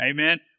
Amen